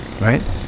right